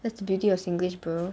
that's the beauty of singlish bro